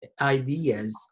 ideas